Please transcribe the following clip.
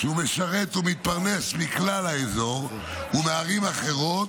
שהוא משרת ומתפרנס מכלל האזור ומערים אחרות,